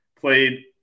played